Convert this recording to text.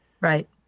Right